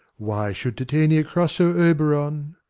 why should titania cross her oberon?